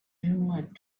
rumored